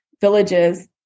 villages